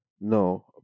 No